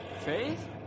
Faith